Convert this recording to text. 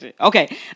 Okay